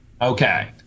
okay